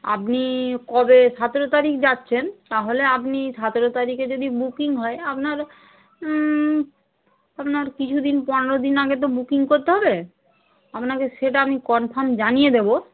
আপনি কবে সতেরো তারিখ যাচ্ছেন তাহলে আপনি সতেরো তারিখে যদি বুকিং হয় আপনার আপনার কিছু দিন পনেরো দিন আগে তো বুকিং করতে হবে আপনাকে সেটা আমি কনফার্ম জানিয়ে দেবো